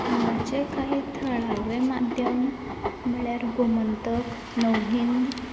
हांगाचे कांय थळावे माध्यम म्हणल्यार गोमंतक नवहिंद